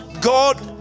God